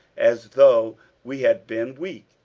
as though we had been weak.